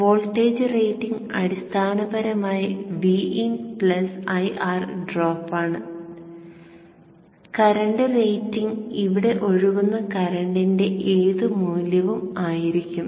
voltage rating അടിസ്ഥാനപരമായി Vin plus IR drop ആണ് current rating ഇവിടെ ഒഴുകുന്ന കറന്റിന്റെ ഏത് മൂല്യവും ആയിരിക്കും